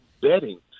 betting